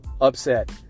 upset